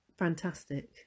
fantastic